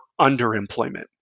underemployment